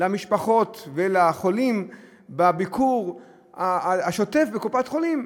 למשפחות ולחולים בביקור השוטף בקופת-חולים.